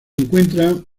encuentran